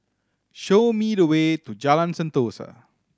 show me the way to Jalan Sentosa